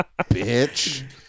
bitch